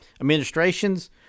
administrations